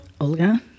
Olga